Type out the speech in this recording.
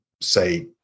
say